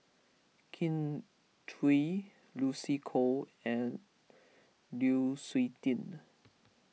Kin Chui Lucy Koh and Lu Suitin